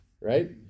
right